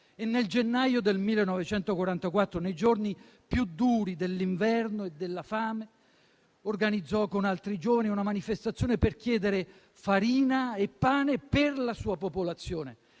Nel gennaio del 1944, nei giorni più duri dell'inverno e della fame, organizzò con altri giovani una manifestazione per chiedere farina e pane per la sua popolazione.